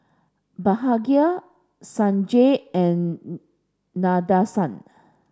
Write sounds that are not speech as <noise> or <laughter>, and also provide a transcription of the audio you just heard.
Bhagat Sanjeev and <unintelligible> Nadesan